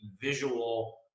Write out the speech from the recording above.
visual